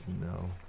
no